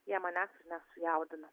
jie manęs nesujaudino